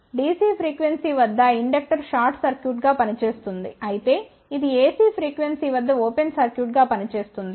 DC frequency వద్ద inductor short సర్క్యూట్గా పనిచేస్తుంది అయితే ఇది AC ఫ్రీక్వెన్సీ వద్ద ఓపెన్ సర్క్యూట్గా పనిచేస్తుంది